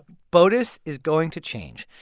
botus is going to change.